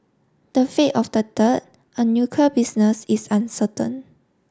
the fate of the third a nuclear business is uncertain